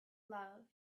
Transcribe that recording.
love